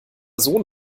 sohn